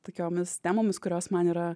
tokiomis temomis kurios man yra